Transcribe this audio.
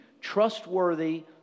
trustworthy